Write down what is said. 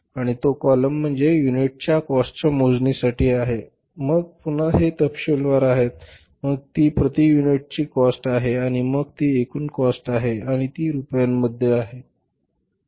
आणि तो कॉलम प्रत्येक युनिटच्या काॅस्टच्या मोजणीसाठी आहे मग पुन्हा हे तपशीलवार आहे मग ती प्रति युनिटची काॅस्ट आहे आणि मग ती एकूण काॅस्ट आहे आणि ती रुपये मध्ये आहे बरोबर